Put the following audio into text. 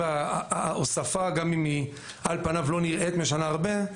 גם אם ההוספה על פניו לא נראה שהיא משנה הרבה,